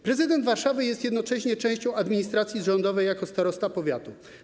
Prezydent Warszawy jest jednocześnie częścią administracji rządowej jako starosta powiatu.